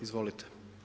Izvolite.